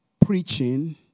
preaching